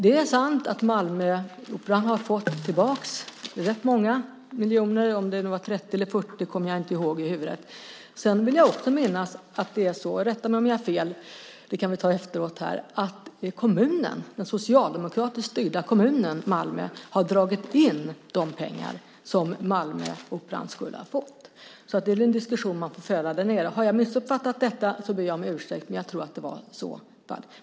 Det är sant att Malmöoperan har fått tillbaka rätt många miljoner. Jag kommer inte ihåg om det var 30 eller 40 miljoner. Jag vill också minnas - rätta mig om jag har fel, det kan vi ta efteråt - att den socialdemokratiskt styrda kommunen Malmö har dragit in de pengar som Malmöoperan skulle ha fått. Så det är en diskussion som man får föra där nere. Om jag har missuppfattat detta så ber jag om ursäkt. Men jag tror att det var så.